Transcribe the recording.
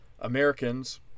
Americans